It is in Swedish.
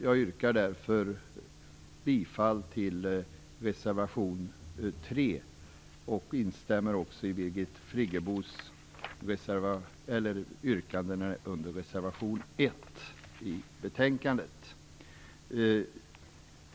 Jag yrkar därför bifall till reservation 3 och instämmer också i Birgit Friggebos yrkande under reservation 1 i betänkandet.